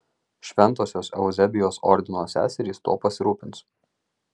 šventosios euzebijos ordino seserys tuo pasirūpins